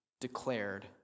declared